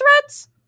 threats